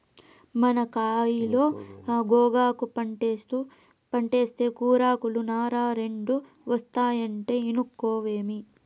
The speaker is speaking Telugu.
మన కయిలో గోగాకు పంటేస్తే కూరాకులు, నార రెండూ ఒస్తాయంటే ఇనుకోవేమి